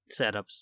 setups